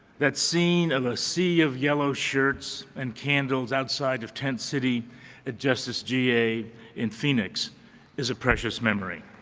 that scene of a sea of yellow shirts and candles outside of tent city at justice ga in phoenix is a precious memory.